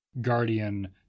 Guardian